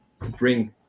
bring